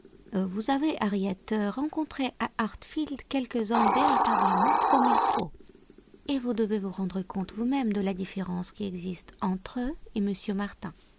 vous avez harriet rencontré à hartfield quelques hommes véritablement comme il faut et vous devez vous rendre compte vous-même de la différence qui existe entre eux et m martin